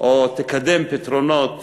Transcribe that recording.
או תקדם פתרונות